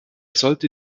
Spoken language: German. sollte